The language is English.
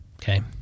Okay